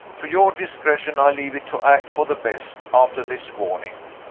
to your discretion i leave it to act for the best, after this warning.